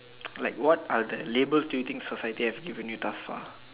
like what are the labels do you think society have given you thus far